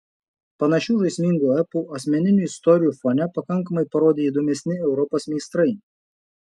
panašių žaismingų epų asmeninių istorijų fone pakankamai parodė įdomesni europos meistrai